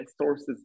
sources